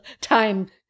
time